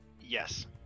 Yes